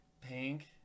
Pink